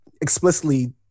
explicitly